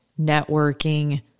networking